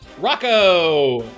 Rocco